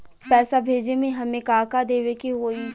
पैसा भेजे में हमे का का देवे के होई?